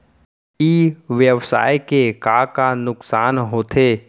ई व्यवसाय के का का नुक़सान होथे?